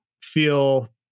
feel